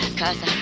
cause